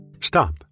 stop